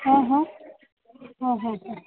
હં હં હં હં હં